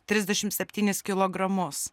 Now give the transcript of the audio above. trisdešim septynis kilogramus